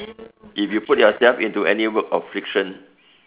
if you put yourself into any work of fiction